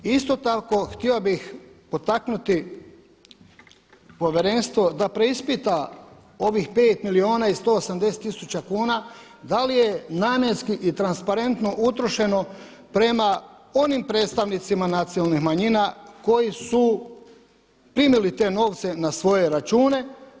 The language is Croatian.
Isto tako htio bih potaknuti Povjerenstvo da preispita ovih 5 milijuna i 180 tisuća kuna da li je namjenski i transparentno utrošeno prema onim predstavnicima nacionalnih manjina koji su primili te novce na svoje račune.